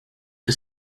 que